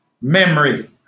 memory